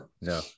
No